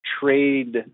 trade